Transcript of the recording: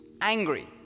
angry